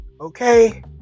Okay